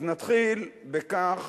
אז נתחיל בכך